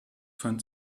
fand